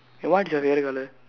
eh what is your favourite colour